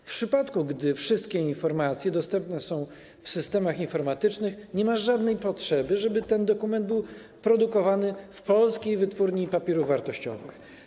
W przypadku gdy wszystkie informacje dostępne są w systemach informatycznych, nie ma żadnej potrzeby, żeby ten dokument był produkowany w Polskiej Wytwórni Papierów Wartościowych.